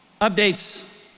updates